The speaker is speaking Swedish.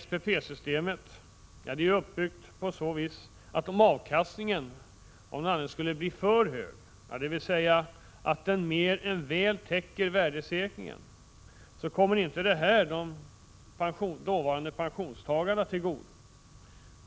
SPP-systemet är så uppbyggt att om avkastningen blir ”för hög”, dvs. om den mer än väl täcker värdesäkringen, så kommer inte detta pensionstagarna till godo.